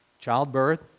childbirth